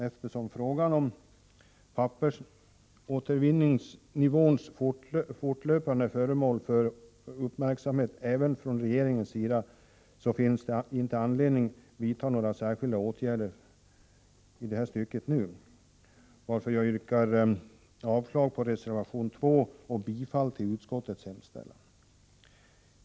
Eftersom frågan om pappersåtervinningsnivån fortlöpande är föremål för uppmärksamhet även från regeringens sida, finns det inte anledning att nu vidta några särskilda åtgärder i detta stycke. Jag yrkar därför avslag på reservation 2 och bifall till utskottets hemställan.